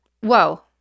Whoa